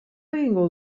egingo